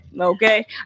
okay